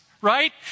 right